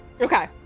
Okay